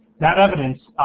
that evidence,